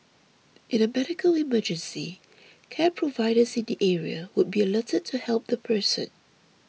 in a medical emergency care providers in the area would be alerted to help the person